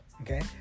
okay